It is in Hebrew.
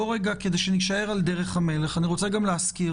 כדי שנישאר על דרך המלך אני מזכיר